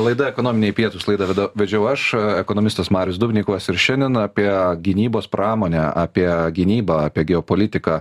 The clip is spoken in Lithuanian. laida ekonominiai pietūs laidą vedu vedžiau aš ekonomistas marius dubnikovas ir šiandien apie gynybos pramonę apie gynybą apie geopolitiką